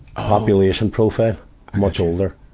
population profile much older.